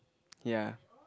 ya